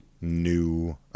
new